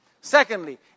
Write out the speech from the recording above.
Secondly